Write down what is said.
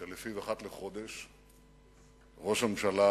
שלפיו אחת לחודש ראש הממשלה